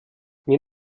mir